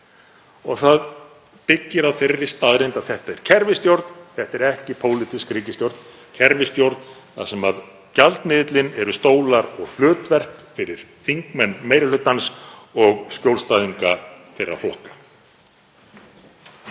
Það byggir á þeirri staðreynd að þetta er kerfisstjórn. Þetta er ekki pólitísk ríkisstjórn heldur kerfisstjórn þar sem gjaldmiðillinn eru stólar og hlutverk fyrir þingmenn meiri hlutans og skjólstæðinga þeirra flokka.